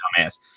dumbass